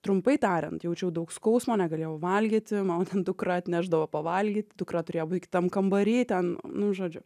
trumpai tariant jaučiau daug skausmo negalėjau valgyti man ten dukra atnešdavo pavalgyt dukra turėjo būt kitam kambary ten nu žodžiu